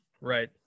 Right